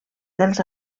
dels